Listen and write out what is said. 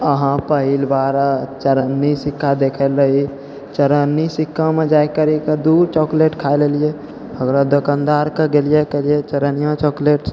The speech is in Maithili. अहाँ पहिल बार चरन्नी सिक्का देखल रही चरन्नी सिक्कामे जा करिकऽ दू चॉकलेट खा लेलिए ओकरऽ दोकानदारके गेलिए कहलिए चरनिआ चॉकलेट